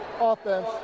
offense